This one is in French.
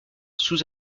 sous